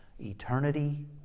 Eternity